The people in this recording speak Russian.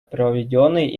проведенный